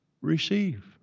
receive